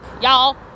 y'all